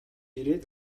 ирээд